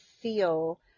feel